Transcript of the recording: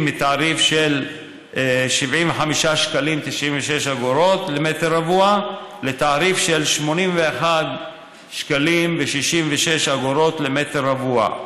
מתעריף של 75.96 שקלים למטר רבוע לתעריף של 81.66 למטר רבוע.